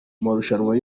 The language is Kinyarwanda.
marushanwa